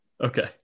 okay